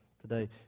today